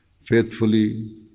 faithfully